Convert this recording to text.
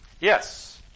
Yes